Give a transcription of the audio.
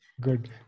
Good